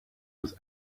was